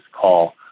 call